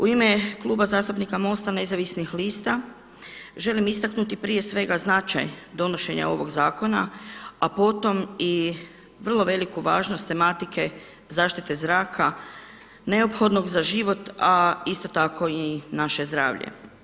U ime Kluba zastupnika MOST-a nezavisnih lista želim istaknuti prije svega značaj donošenja ovog zakona, a potom i vrlo veliku važnost tematike zaštite zraka neophodnog za život, a isto tako i naše zdravlje.